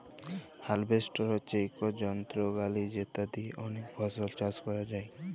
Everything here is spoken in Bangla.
হার্ভেস্টর হছে ইকট যলত্র গাড়ি যেট দিঁয়ে অলেক ফসল চাষ ক্যরা যায়